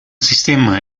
sistema